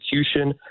execution